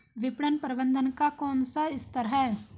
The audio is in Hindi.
विपणन प्रबंधन का कौन सा स्तर है?